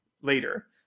later